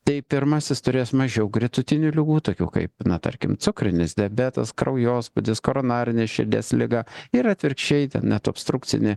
tai pirmasis turės mažiau gretutinių ligų tokių kaip tarkim cukrinis diabetas kraujospūdis koronarinė širdies liga ir atvirkščiai ten net obstrukcinė